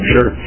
Sure